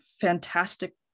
fantastic